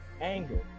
anger